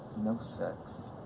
no sex,